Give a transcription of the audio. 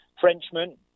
Frenchman